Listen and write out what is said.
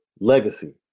Legacy